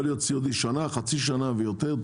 יכול להיות סיעודי שנה, חצי שנה ויותר.